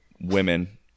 women